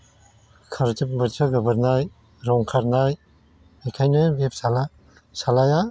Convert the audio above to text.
बोथिया गोबोरनाय रं खारनाय बेखायनो बे फिसाला फिसालाया